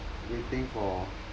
waiting for